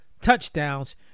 touchdowns